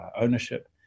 ownership